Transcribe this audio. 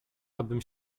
abym